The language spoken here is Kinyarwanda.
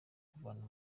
kuvana